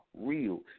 real